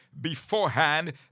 beforehand